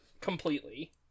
completely